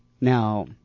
now